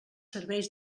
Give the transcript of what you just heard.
serveis